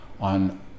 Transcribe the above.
on